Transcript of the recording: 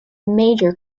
major